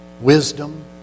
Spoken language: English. Wisdom